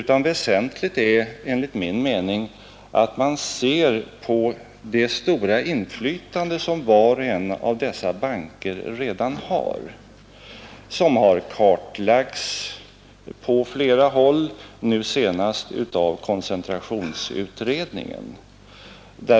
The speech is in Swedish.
Man måste också beakta det stora inflytande som var och en av dessa banker redan har, vilket kartlagts på flera håll, nu senast av koncentrationsutredningen.